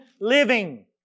living